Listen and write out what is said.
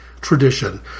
tradition